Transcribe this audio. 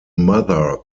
mother